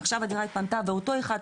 עכשיו הדירה התפנתה ואותו אחד,